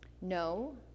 No